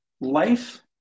life